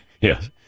Yes